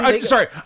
Sorry